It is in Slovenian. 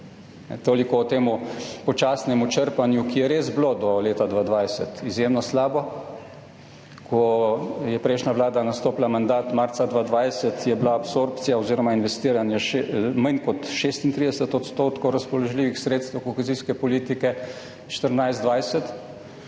Toliko o tem počasnem črpanju, ki je res bilo do leta 2020 izjemno slabo. Ko je prejšnja vlada marca 2020 nastopila mandat, je bila absorpcija oziroma investiranje manj kot 36 % razpoložljivih sredstev kohezijske politike 2014–2020,